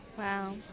Wow